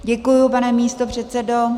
Děkuji, pane místopředsedo.